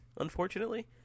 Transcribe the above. unfortunately